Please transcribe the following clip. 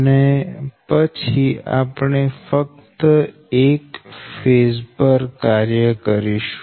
અને પછી આપણે ફક્ત એક ફેઝ પર કાર્ય કરીશું